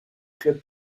club